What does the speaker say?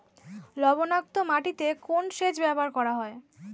লবণাক্ত মাটিতে কোন সেচ ব্যবহার করা হয়?